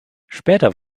später